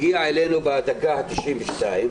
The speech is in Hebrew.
זה הגיע אלינו בדקה ה-92,